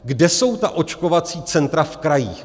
Kde jsou ta očkovací centra v krajích?